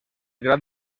gran